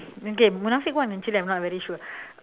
okay munafik one actually I'm not very sure